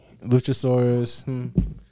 Luchasaurus